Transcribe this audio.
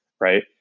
right